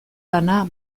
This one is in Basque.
lana